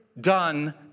done